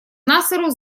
насеру